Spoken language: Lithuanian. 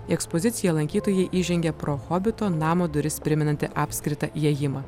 į ekspoziciją lankytojai įžengia pro hobito namo duris primenantį apskritą įėjimą